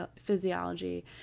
physiology